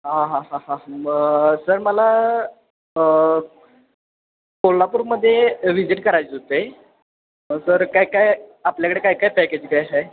हां हां हां हां मग सर मला कोल्हापूरमध्ये व्हिजिट करायचं होतं आहे मग सर कायकाय आपल्याकडं कायकाय पॅकेज काय आहे